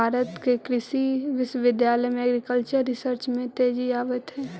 भारत के कृषि विश्वविद्यालय में एग्रीकल्चरल रिसर्च में तेजी आवित हइ